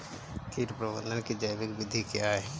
कीट प्रबंधक की जैविक विधि क्या है?